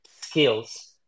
skills